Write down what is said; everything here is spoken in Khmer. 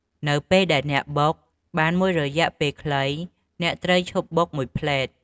នៅពេលដែលអ្នកបុកបានមួយរយៈពេលខ្លី អ្នកត្រូវឈប់បុកមួយភ្លែត។